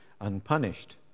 unpunished